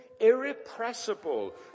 irrepressible